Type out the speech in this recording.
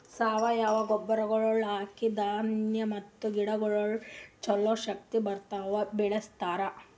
ಸಾವಯವ ಗೊಬ್ಬರಗೊಳ್ ಹಾಕಿ ಧಾನ್ಯ ಮತ್ತ ಗಿಡಗೊಳಿಗ್ ಛಲೋ ಶಕ್ತಿ ಬರಂಗ್ ಬೆಳಿಸ್ತಾರ್